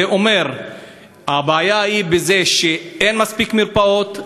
הבעיה היא בזה שאין מספיק מרפאות,